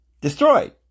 destroyed